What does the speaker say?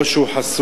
או שהוא חסום.